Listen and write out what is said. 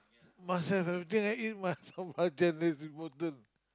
must have everything I eat must have belacan that's important